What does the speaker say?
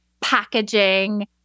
packaging